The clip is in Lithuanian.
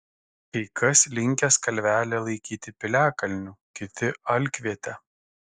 kai kas linkęs kalvelę laikyti piliakalniu kiti alkviete